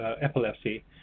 epilepsy